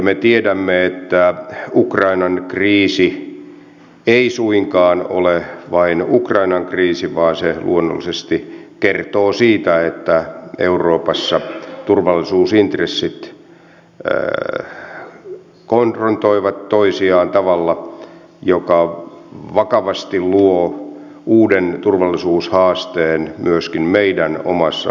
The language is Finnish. me tiedämme että ukrainan kriisi ei suinkaan ole vain ukrainan kriisi vaan se luonnollisesti kertoo siitä että euroopassa turvallisuusintressit konfrontoivat toisiaan tavalla joka vakavasti luo uuden turvallisuushaasteen myöskin meidän omassa turvallisuusympäristössämme